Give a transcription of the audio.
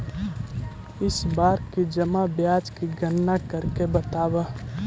इस बार की जमा ब्याज की गणना करके बतावा